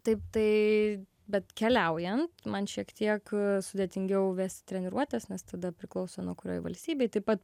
taip tai bet keliaujant man šiek tiek sudėtingiau vesti treniruotes nes tada priklauso nuo kurioj valstybėj taip pat